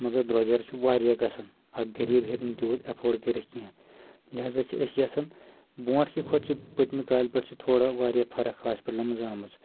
مگر درٛۄجر چھُ واریاہ گژھن اکھ غٔریب ہیٚکہِ نہٕ تیوٗت ایٚفٲڑ کٔرِتھ کینٛہہ لہذا چھِ ٲسۍ یژھان برونٛٹھ کہِ کھۄتہ چھِ پٔتۍ مہِ کالہٕ پٮ۪ٹھ چھِ تھوڑا واریاہ فرق ہاسپٹلن منٛز آمٕژ